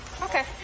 Okay